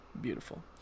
beautiful